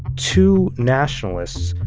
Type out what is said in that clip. two nationalists,